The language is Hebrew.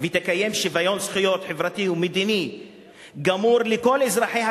ו"תקיים שוויון זכויות חברתי ומדיני גמור לכל אזרחיה,